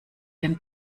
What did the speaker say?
den